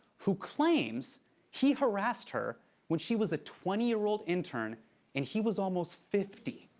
who claims he harassed her when she was a twenty year old intern and he was almost fifty.